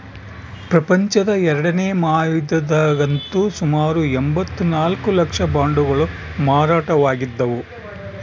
ಪ್ರಪಂಚದ ಎರಡನೇ ಮಹಾಯುದ್ಧದಗಂತೂ ಸುಮಾರು ಎಂಭತ್ತ ನಾಲ್ಕು ಲಕ್ಷ ಬಾಂಡುಗಳು ಮಾರಾಟವಾಗಿದ್ದವು